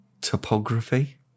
topography